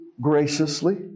graciously